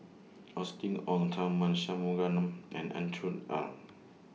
Austen Ong Tharman Shanmugaratnam and Andrew Ang